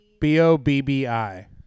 B-O-B-B-I